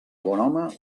bonhome